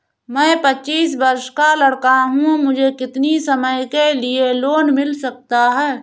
मैं पच्चीस वर्ष का लड़का हूँ मुझे कितनी समय के लिए लोन मिल सकता है?